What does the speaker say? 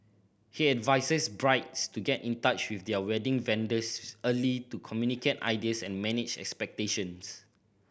he advises brides to get in touch with their wedding vendors early to communicate ideas and manage expectations